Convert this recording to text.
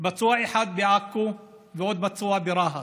פצוע אחד בעכו ועוד פצוע ברהט.